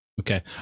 Okay